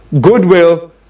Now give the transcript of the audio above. goodwill